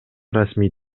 расмий